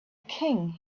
king